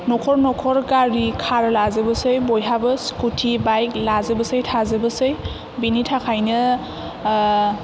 नखर नखर गारि खार लाजोबोसै बयहाबो स्कुटि बाइक लाजोबोसै थाजोबोसै बेनि थाखायनो